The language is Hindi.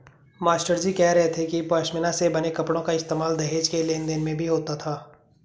मास्टरजी कह रहे थे कि पशमीना से बने कपड़ों का इस्तेमाल दहेज के लेन देन में भी होता था